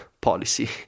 policy